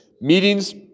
Meetings